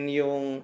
yung